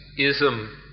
-ism